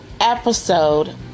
episode